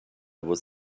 was